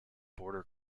border